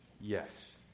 Yes